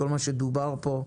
כל מה שדובר פה,